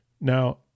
Now